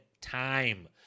time